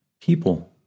People